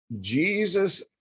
Jesus